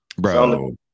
bro